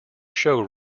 show